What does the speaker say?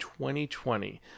2020